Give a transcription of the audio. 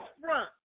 front